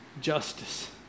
justice